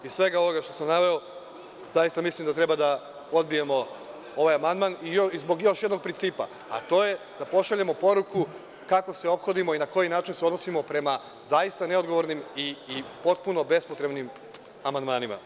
Iz svega ovog što sam naveo zaista mislim da treba da odbijemo ovaj amandman i zbog još jednog principa, a to je da pošaljemo poruku kako se ophodimo i na koji način se odnosimo prema zaista neodgovornim i potpuno bespotrebnim amandmanima.